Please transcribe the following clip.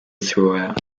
throughout